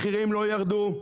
מחירים לא ירדו,